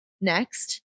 next